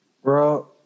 Bro